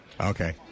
Okay